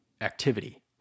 activity